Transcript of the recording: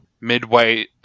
midway